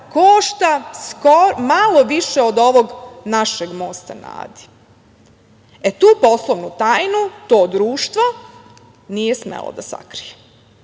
košta malo više od ovog našeg Mosta na Adi. E, tu poslovnu tajnu to društvo nije smelo da sakrije.